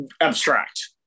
abstract